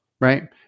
right